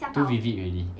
too vivid already